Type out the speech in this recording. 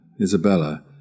Isabella